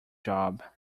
job